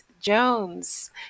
Jones